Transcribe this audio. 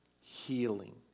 healing